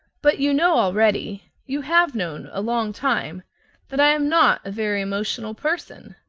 but you know already you have known a long time that i am not a very emotional person.